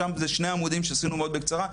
שם זה שני עמודים שעשינו מאוד בקצרה,